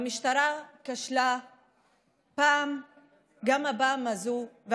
המשטרה כשלה גם הפעם הזאת.